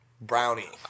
brownie